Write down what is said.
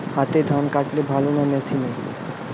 হাতে ধান কাটলে ভালো না মেশিনে?